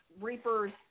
Reapers